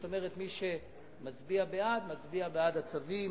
זאת אומרת, מי שמצביע בעד, מצביע בעד הצווים.